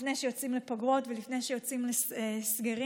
לפני שיוצאים לפגרות ולפני שיוצאים לסגרים,